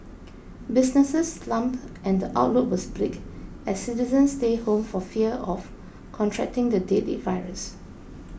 businesses slumped and the outlook was bleak as citizens stayed home for fear of contracting the deadly virus